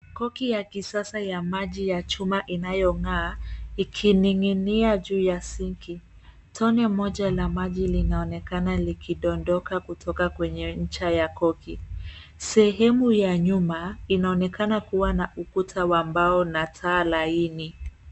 Koki ya kisasa ya maji ya chuma inayong'aa ikininiginia juu ya sinki. Tone moja la maji linaonekana likidondoka kutoka kwenye ncha ya koki. Sehemu ya nyuma inaonekana kuwa na ukuta wa mbao na taa laini.